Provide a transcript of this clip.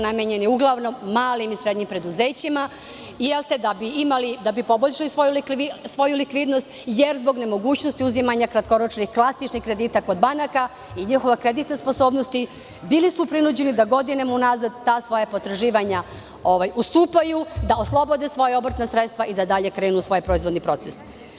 Namenjen je uglavnom malim i srednjim preduzećima da bi poboljšali svoju likvidnost jer zbog nemogućnosti uzimanja kratkoročnih, klasičnih kredita kod banaka i njihove kreditne sposobnosti bili su prinuđeni da godinama unazad ta svoja potraživanja ustupaju, da oslobode svoja obrtna sredstva i da dalje krenu u svoj proizvodni proces.